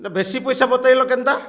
ବେଶୀ ପଇସା ବତେଇଲ କେନ୍ତା